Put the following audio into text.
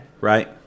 Right